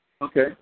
Okay